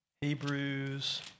Hebrews